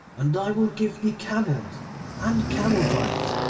and i will give thee camels and camel drivers,